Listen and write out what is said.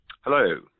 Hello